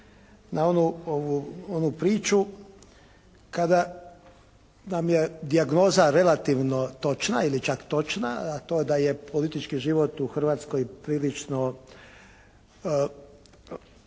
na onu priču, kada nam je dijagnoza relativno točna ili čak točna, a to je da je politički život u Hrvatskoj prilično